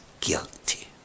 guilty